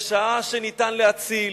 בשעה שניתן להציל,